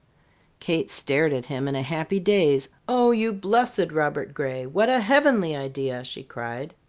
kate stared at him in a happy daze. oh, you blessed robert gray! what a heavenly idea! she cried.